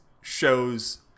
shows